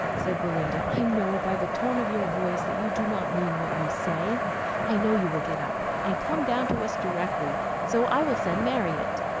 said belinda, i know by the tone of your voice, that you do not mean what you say i know you will get up, and come down to us directly so i will send marriott.